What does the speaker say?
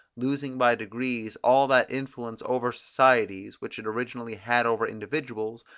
losing by degrees all that influence over societies which it originally had over individuals,